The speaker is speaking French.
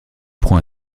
prend